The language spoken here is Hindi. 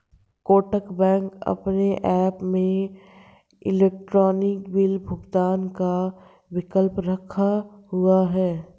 कोटक बैंक अपने ऐप में इलेक्ट्रॉनिक बिल भुगतान का विकल्प रखा हुआ है